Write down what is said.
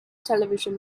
television